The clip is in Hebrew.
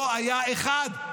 לא היה אחד,